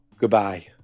goodbye